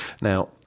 now